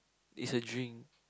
is a drink